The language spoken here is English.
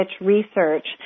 research